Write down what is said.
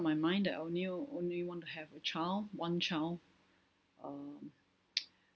my mind that I only only want to have a child one child um